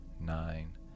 nine